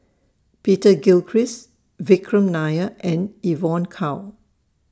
Peter Gilchrist Vikram Nair and Evon Kow